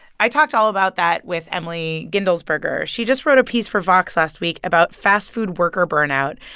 i talked all about that with emily guendelsberger. she just wrote a piece for vox last week about fast food worker burnout.